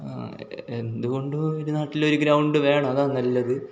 എന്തുകൊണ്ടും ഒരു നാട്ടിൽ ഒരു ഗ്രൗണ്ട് വേണം അതാണ് നല്ലത്